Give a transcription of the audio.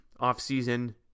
offseason